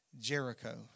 Jericho